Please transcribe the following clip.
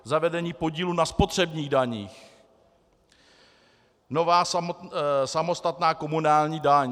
Zavedení podílu na spotřebních daních, nová samostatná komunální daň.